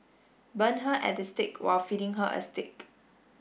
burn her at the stake while feeding her a steak